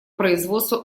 производства